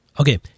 Okay